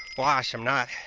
ah gosh i'm not